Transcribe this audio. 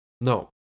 No